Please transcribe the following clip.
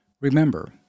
Remember